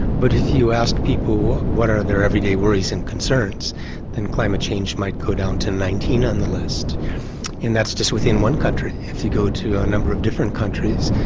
but if you ask people what are their everyday worries and concerns then climate change might go down to nineteen on the list and that's just within one country. if you go to a number of different countries,